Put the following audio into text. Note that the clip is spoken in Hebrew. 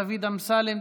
דוד אמסלם,